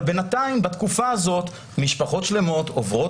אבל בינתיים בתקופה הזאת משפחות שלמות עוברות